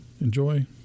enjoy